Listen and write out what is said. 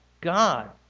God